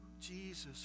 Jesus